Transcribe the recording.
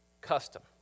custom